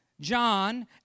John